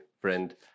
friend